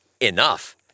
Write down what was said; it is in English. Enough